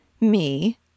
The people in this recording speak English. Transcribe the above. Me